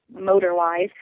motor-wise